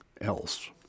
else